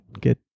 get